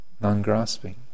non-grasping